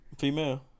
Female